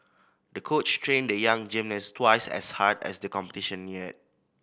the coach trained the young gymnast twice as hard as the competition neared